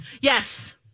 Yes